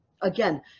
Again